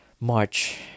march